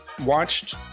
watched